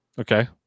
Okay